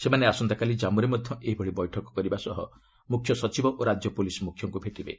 ସେମାନେ ଆସନ୍ତାକାଲି କାମ୍ମୁରେ ମଧ୍ୟ ଏହିଭଳି ବୈଠକ କରିବା ସହ ମୁଖ୍ୟ ସଚିବ ଓ ରାଜ୍ୟ ପୁଲିସ୍ ମୁଖ୍ୟଙ୍କୁ ଭେଟିବେ